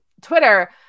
Twitter